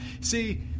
See